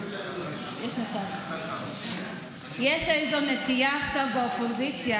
יש איזו נטייה עכשיו באופוזיציה,